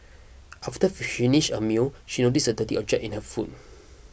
after finished her meal she noticed a dirty object in her food